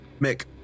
Mick